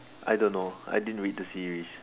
I don't know I didn't read the series